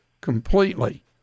completely